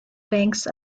banks